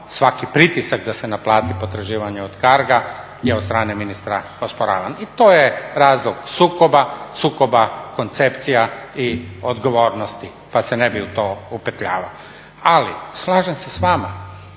svaki pritisak da se naplati potraživanje od carga je od strane ministra osporavan. I to je razlog sukoba, sukoba koncepcija i odgovornosti pa se ne bih u to upetljavao. Ali, slažem se s vama